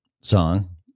Song